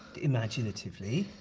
imaginatively.